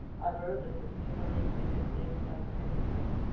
i've heard that the scenery in it is magnificent.